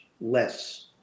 less